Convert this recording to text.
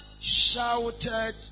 shouted